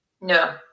no